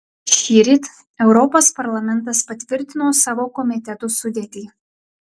šįryt europos parlamentas patvirtino savo komitetų sudėtį